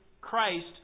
Christ